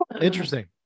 Interesting